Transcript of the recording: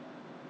ah yeah